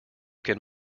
can